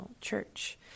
Church